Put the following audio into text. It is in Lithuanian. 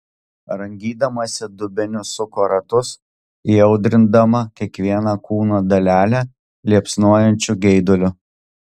rangydamasi dubeniu suko ratus įaudrindama kiekvieną kūno dalelę liepsnojančiu geiduliu